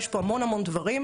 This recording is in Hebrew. יש פה המון המון דברים.